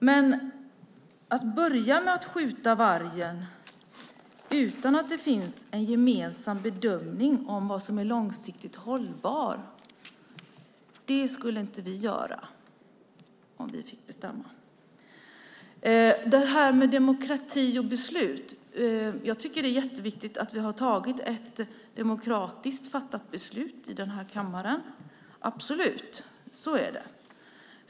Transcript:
Men att börja med att skjuta vargen utan att det finns en gemensam bedömning av vad som är långsiktigt hållbart skulle vi inte göra om vi fick bestämma. När det gäller det här med demokrati och beslut tycker jag att det är jätteviktigt att vi har tagit ett demokratiskt fattat beslut i den här kammaren - absolut. Så är det.